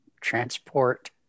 Transport